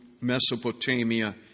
Mesopotamia